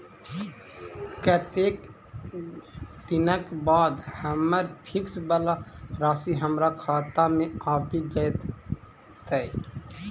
कत्तेक दिनक बाद हम्मर फिक्स वला राशि हमरा खाता मे आबि जैत?